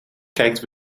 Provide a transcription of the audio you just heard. kijkt